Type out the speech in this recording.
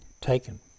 taken